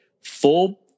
full